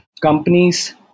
companies